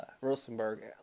Rosenberg